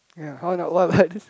ya what about this